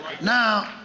Now